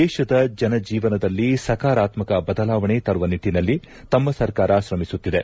ದೇಶದ ಜನಜೀವನದಲ್ಲಿ ಸಕಾರಾತ್ಮಕ ಬದಲಾವಣೆ ತರುವ ನಿಟ್ಲನಲ್ಲಿ ನಮ್ಮ ಸರ್ಕಾರ ಶ್ರಮಿಸುತ್ತಿದೆ